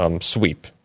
sweep